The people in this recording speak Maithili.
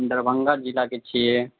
दरभङ्गा जिलाके छियै